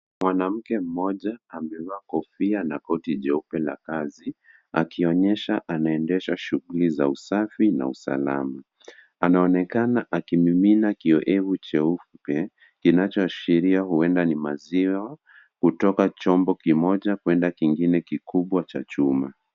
Mwanamke mmoja amevaa kofia na koti jeupe la kazi akionyesha anaendesha shughuli za usafi na usalama. Anaonekana akimimina kiowevu cheupe kinachoashiria huenda ni maziwa kutoka chombo kimoja kuenda kingine kikubwa cha chuma.